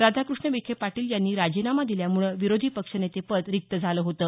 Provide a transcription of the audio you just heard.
राधाकृष्ण विखे पाटील यांनी राजीनामा दिल्यामुळे विरोधी पक्षनेते पद रिक्त झालं होतं